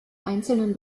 einzelnen